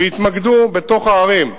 שיתמקדו בתוך הערים,